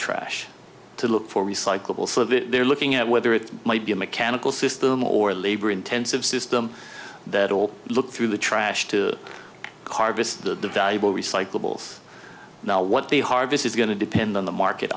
trash to look for recyclable so that they're looking at whether it might be a mechanical system or labor intensive system that all look through the trash to carve the valuable recyclables now what they harvest is going to depend on the market